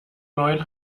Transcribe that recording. neuen